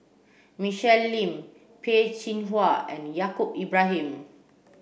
Michelle Lim Peh Chin Hua and Yaacob Ibrahim